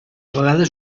vegades